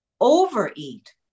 overeat